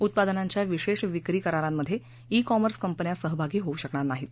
उपादनांच्या विशेष विक्री करारांमधे ई कॉमर्स कंपन्या सहभागी होऊ शकणार नाहीत